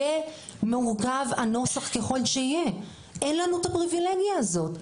יהיה מורכב הנוסח ככל שיהיה אין לנו את הפריבילגיה הזאת.